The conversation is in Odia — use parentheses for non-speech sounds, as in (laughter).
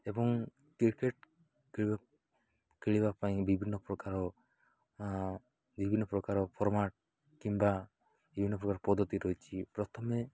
ଏବଂ କ୍ରିକେଟ୍ (unintelligible) ଖେଳିବା ପାଇଁ ବିଭିନ୍ନ ପ୍ରକାର ବିଭିନ୍ନ ପ୍ରକାର ଫର୍ମାଟ୍ କିମ୍ବା ବିଭିନ୍ନ ପ୍ରକାର ପଦ୍ଧତି ରହିଛି ପ୍ରଥମେ